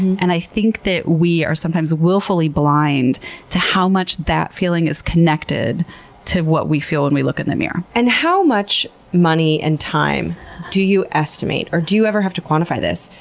and i think that we are sometimes willfully blind to how much that feeling is connected to what we feel when we look in the mirror. and how much money and time do you estimate, or do you ever have to quantify this,